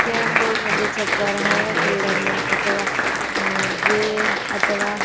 carrom board मध्ये चत्वारः एव क्रीडनीयम् अथवा द्वे अतवा